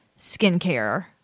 skincare